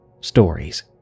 Stories